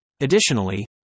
Additionally